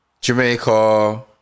Jamaica